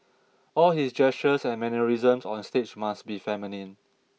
all his gestures and mannerisms on stage must be feminine